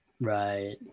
Right